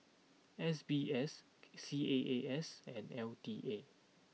S B S C A A S and L T A